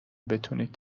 بتوانید